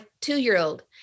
two-year-old